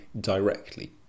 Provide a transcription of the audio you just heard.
directly